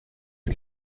des